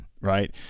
right